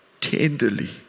tenderly